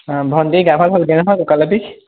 ভণ্টি গা ভাল হ'লগৈ নহয় মোটামুটি